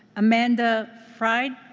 amanda fried?